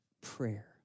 prayer